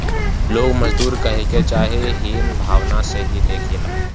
लोग मजदूर कहके चाहे हीन भावना से भी देखेला